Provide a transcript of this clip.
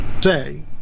say